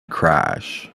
crash